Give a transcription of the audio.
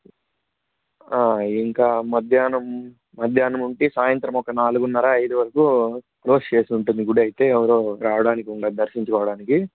ఇంకా మధ్యాహ్నం మధ్యాహ్నం అంటే సాయంత్రం ఒక నాలుగున్నర ఐదు వరకు క్లోజ్ చేసి ఉంటుంది గుడి అయితే ఎవరు రావడానికి ఉండదు దర్శించుకోవడానికి